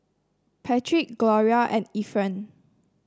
Patrick Gloria and Efren